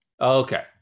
Okay